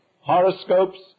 horoscopes